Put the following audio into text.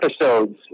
episodes